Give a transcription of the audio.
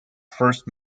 first